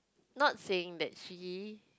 not saying that she